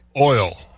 oil